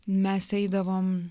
mes eidavom